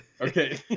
Okay